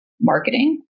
Marketing